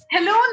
Hello